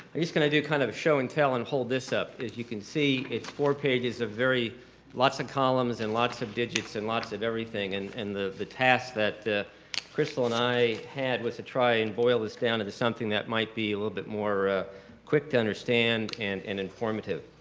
i'm just gonna do a kind of of show and tell and hold this up. as you can see, it's four pages of very lots of columns, and lots of digits and lots of everything and and the the task that crystal and i had was to try and boil this down into something that might be a little bit more quick to understand and and informative.